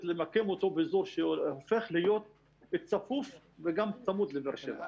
שממקמים אותו באזור שהופך להיות צפוף וגם צמוד לבאר שבע.